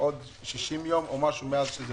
עוד 60 יום מאז שפג.